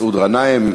מסעוד גנאים.